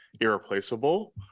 irreplaceable